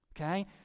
Okay